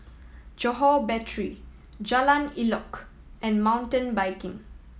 Johore Battery Jalan Elok and Mountain Biking